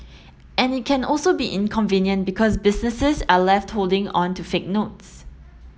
and it can also be inconvenient because businesses are left holding on to fake notes